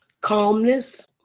calmness